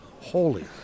holy